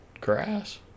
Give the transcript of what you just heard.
grass